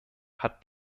hat